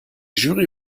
jury